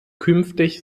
künftig